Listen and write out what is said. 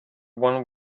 one